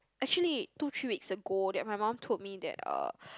actually two three weeks ago that my mum told me that uh